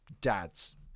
dads